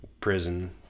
prison